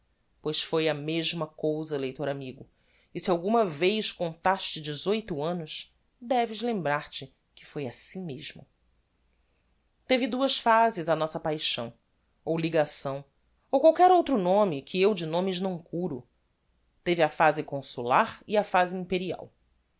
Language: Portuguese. pois foi a mesma cousa leitor amigo e se alguma vez contaste dezoito annos deves lembrar-te que foi assim mesmo teve duas phases a nossa paixão ou ligação ou qualquer outro nome que eu de nomes não curo teve a phase consular e a phase imperial